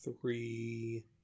three